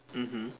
mmhmm